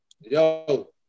Yo